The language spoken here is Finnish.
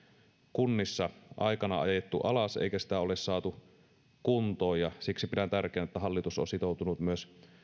kunnissa aikanaan ajettu alas eikä sitä ole saatu kuntoon ja siksi pidän tärkeänä että hallitus on sitoutunut myös